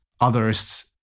others